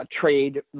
trade